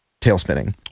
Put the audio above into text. tailspinning